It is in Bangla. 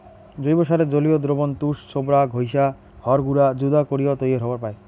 জৈব সারের জলীয় দ্রবণ তুষ, ছোবড়া, ঘইষা, হড় গুঁড়া যুদা করিয়াও তৈয়ার হবার পায়